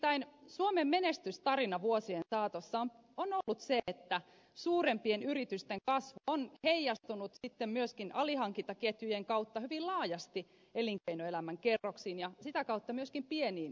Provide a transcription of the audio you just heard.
nimittäin suomen menestystarina vuosien saatossa on ollut se että suurempien yritysten kasvu on heijastunut sitten myöskin alihankintaketjujen kautta hyvin laajasti elinkeinoelämän kerroksiin ja sitä kautta myöskin pieniin yrityksiin